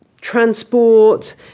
transport